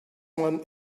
man